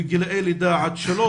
בגילאי לידה-3,